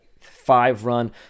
five-run